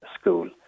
school